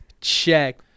check